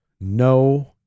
No